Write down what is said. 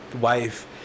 wife